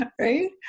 right